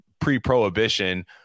pre-prohibition